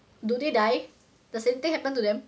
do they die the same thing happen to them